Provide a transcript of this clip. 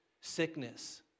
sickness